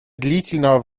длительного